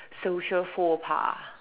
social phobia